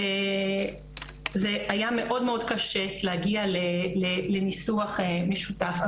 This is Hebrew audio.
וזה היה מאוד מאוד קשה להגיע לניסוח משותף,